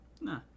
Nah